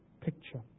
picture